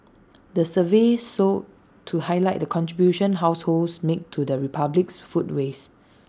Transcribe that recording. the survey sought to highlight the contribution households make to the republic's food waste